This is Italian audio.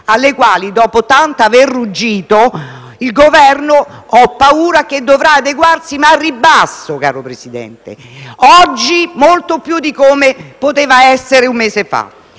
alle quali, dopo tanto aver ruggito, il Governo - ne ho paura - dovrà adeguarsi, ma al ribasso, signor Presidente, oggi molto più di come poteva essere un mese fa.